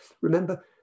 Remember